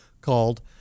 called